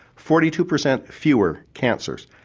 forty two per cent fewer cancers.